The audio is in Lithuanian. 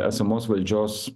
esamos valdžios